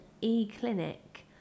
e-clinic